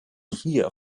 hier